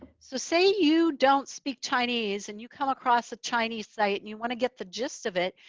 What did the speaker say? so say you don't speak chinese and you come across a chinese site and you want to get the gist of it.